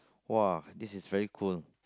!wah! this is very cool